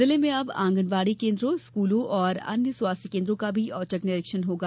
जिले में अब आंगनवाड़ी केन्द्रों स्कूलों व स्वास्थ्य केन्द्रों का भी औचक निरीक्षण होगा